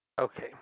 Okay